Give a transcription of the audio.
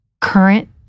Current